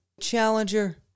challenger